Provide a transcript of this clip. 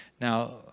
Now